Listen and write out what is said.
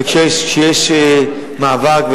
וכשיש מאבק,